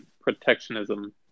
protectionism